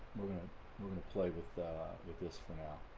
we're gonna we're gonna play with with this